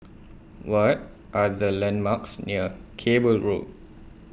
What Are The landmarks near Cable Road